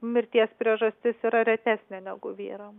mirties priežastis yra retesnė negu vyram